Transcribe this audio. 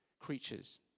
creatures